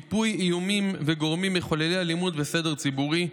מיפוי איומים וגורמים מחוללי אלימות והפרת הסדר הציבורי,